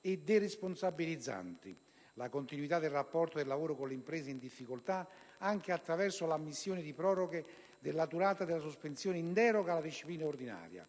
e deresponsabilizzanti; la continuità del rapporto di lavoro con le imprese in difficoltà, anche attraverso l'ammissione di proroghe della durata della sospensione, in deroga alla disciplina ordinaria;